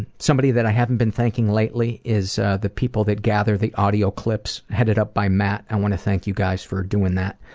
somebody that i haven't been thanking lately is the people that gather the audio clips headed up by matt. i want to thank you guys for doing that.